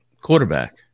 quarterback